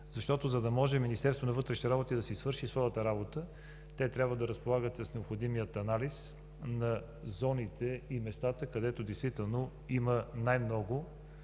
защото, за да може Министерството на вътрешните работи да си свърши своята работа, те трябва да разполагат с необходимия анализ на зоните и местата, където действително има най-много